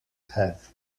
have